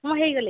ମୁଁ ହେଇଗଲି